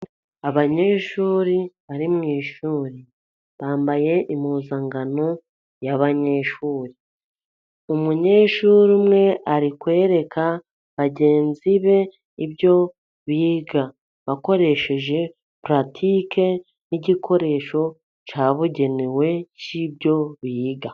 Abanyeshuri bari mu ishuri, bambaye impuzankano y'abanyeshuri. Umunyeshuri umwe ari kwereka bagenzi be ibyo biga, akoresheje paratike n'igikoresho cyabugenewe cy'ibyo biga.